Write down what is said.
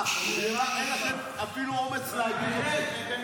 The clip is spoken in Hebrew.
אין לכם אפילו אומץ להגיד את זה.